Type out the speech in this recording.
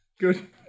Good